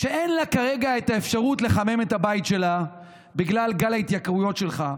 שאין לה כרגע את האפשרות לחמם את הבית שלה בגלל גל ההתייקרויות שלך?